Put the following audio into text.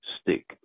stick